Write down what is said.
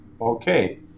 okay